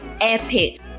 epic